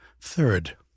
Third